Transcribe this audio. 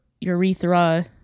urethra